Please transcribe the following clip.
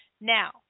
Now